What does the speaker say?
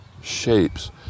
shapes